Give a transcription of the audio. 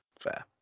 Fair